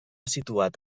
situat